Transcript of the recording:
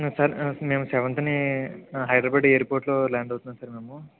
sir మేము సెవెంత్ని హైదరాబాద్ ఎయిర్పోర్ట్లో ల్యాండ్ అవుతున్నము సార్ మేము